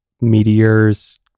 meteors